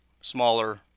smaller